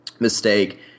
mistake